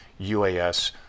uas